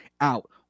out